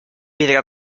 vidre